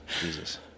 Jesus